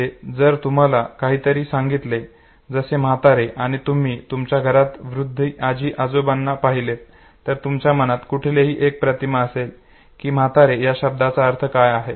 म्हणजे जर तुम्हाला काहीतरी सांगितले जसे म्हातारे आणि जर तुम्ही तुमच्या घरात वृद्ध आजी आजोबांना पाहिलेत तर तुमच्या मनात कुठेतरी एक प्रतिमा असेल कि म्हातारे या शब्दाचा अर्थ काय आहे